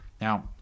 Now